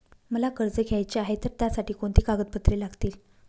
मला कर्ज घ्यायचे आहे तर त्यासाठी कोणती कागदपत्रे लागतील?